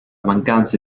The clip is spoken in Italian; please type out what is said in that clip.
mancanza